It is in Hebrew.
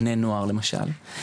בני נוער למשל.